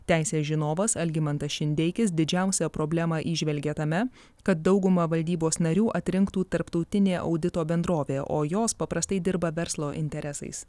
teisės žinovas algimantas šindeikis didžiausią problemą įžvelgia tame kad dauguma valdybos narių atrinktų tarptautinė audito bendrovė o jos paprastai dirba verslo interesais